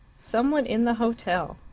some one in the hotel.